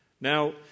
Now